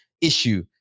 issue